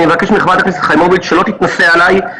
אני מבקש מחברת הכנסת חיימוביץ' שלא תתנשא עליי.